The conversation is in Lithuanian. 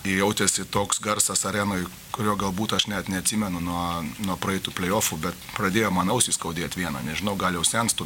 jautėsi toks garsas arenoj kurio galbūt aš net neatsimenu nuo nuo praeitų pleiofų bet pradėjo man ausį skaudėt vieną nežinau gal jau senstu